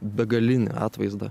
begalinį atvaizdą